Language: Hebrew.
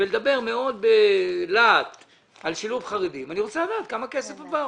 ולדבר מאוד בלהט על שילוב חרדים ואני רוצה לדעת כמה כסף עבר